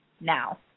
Now